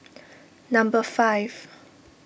number five